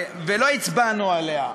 במילואים), התשע"ו 2016,